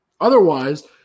Otherwise